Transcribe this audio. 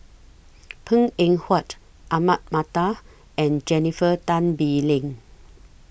Png Eng Huat Ahmad Mattar and Jennifer Tan Bee Leng